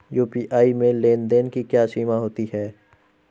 UPI में लेन देन की क्या सीमा होती है?